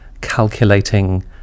calculating